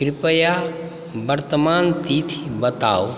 कृपया वर्त्तमान तिथि बताउ